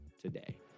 today